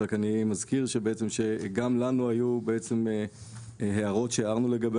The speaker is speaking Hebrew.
רק אני מזכיר שגם לנו היו הערות שהערנו לגביה